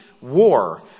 war